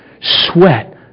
sweat